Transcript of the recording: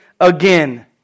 again